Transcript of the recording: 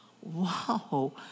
Wow